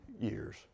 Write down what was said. years